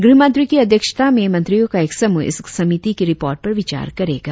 गृहमंत्री की अध्यक्षता में मंत्रियों का एक समूह इस समिति की रिपोर्ट पर विचार करेगा